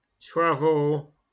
Travel